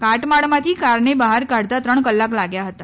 કાટમાળમાંથી કારને બહાર કાઢતા ત્રણ કલાક લાગ્યા હતા